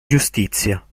giustizia